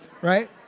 right